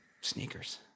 Sneakers